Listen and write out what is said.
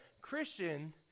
Christian